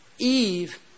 Eve